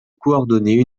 coordonner